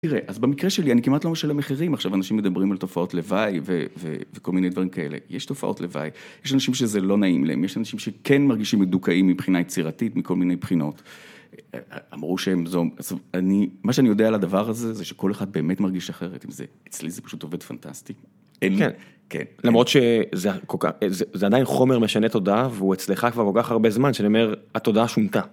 תראה, אז במקרה שלי, אני כמעט לא משלם מחירים, עכשיו אנשים מדברים על תופעות לוואי וכל מיני דברים כאלה, יש תופעות לוואי, יש אנשים שזה לא נעים להם, יש אנשים שכן מרגישים מדוכאים מבחינה יצירתית, מכל מיני בחינות, אמרו שהם זום. אני, מה שאני יודע על הדבר הזה, זה שכל אחד באמת מרגיש אחרת, אם זה, אצלי זה פשוט עובד פנטסטי. כן, כן, למרות שזה עדיין חומר משנה תודעה, והוא אצלך כבר כל כך הרבה זמן, שאני אומר, התודעה שונתה.